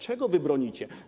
Czego wy bronicie?